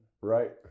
Right